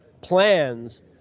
plans